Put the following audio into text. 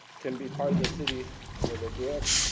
can be part of the city where they grew up.